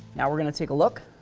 now we're going to take a look.